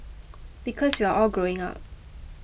because we're all growing up